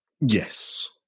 Yes